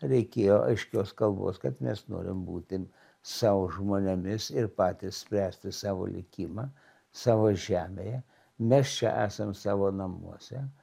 reikėjo aiškios kalbos kad mes norim būti sau žmonėmis ir patys spręsti savo likimą savo žemėje mes čia esam savo namuose